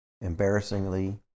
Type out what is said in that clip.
embarrassingly